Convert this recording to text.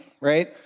right